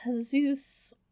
Zeus